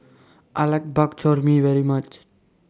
I like Bak Chor Mee very much